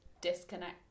disconnect